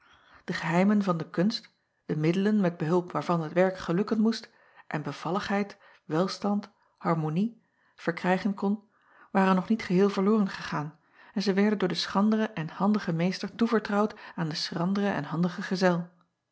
e geheimen van de kunst de middelen met behulp waarvan het werk gelukken moest en bevalligheid welstand harmonie verkrijgen kon waren nog niet geheel verloren gegaan en zij werden door den schranderen en handigen meester toevertrouwd aan den schranderen en handigen gezel